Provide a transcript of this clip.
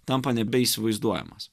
tampa nebeįsivaizduojamas